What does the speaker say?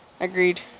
Agreed